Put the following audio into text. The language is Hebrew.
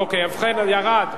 אוקיי, ירד.